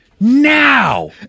now